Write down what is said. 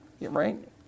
right